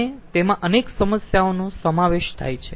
અને તેમાં અનેક સમસ્યાઓનો સમાવેશ થાય છે